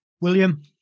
William